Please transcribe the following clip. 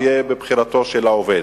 ויהיה בבחירתו של העובד.